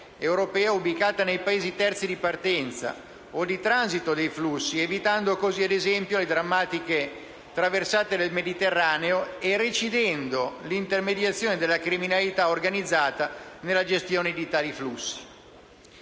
europea ubicata nei Paesi terzi di partenza o di transito dei flussi, evitando così - ad esempio - le drammatiche traversate del Mediterraneo e recidendo l'intermediazione della criminalità organizzata nella gestione di tali flussi.